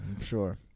sure